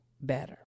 better